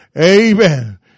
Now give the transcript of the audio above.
Amen